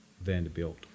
Vanderbilt